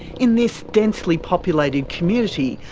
in this densely populated community,